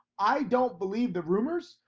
i don't believe the rumors.